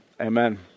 Amen